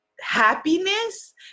happiness